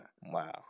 Wow